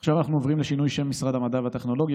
עכשיו אנחנו עוברים לשינוי שם משרד המדע והטכנולוגיה